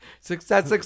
success